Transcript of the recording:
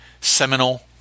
seminal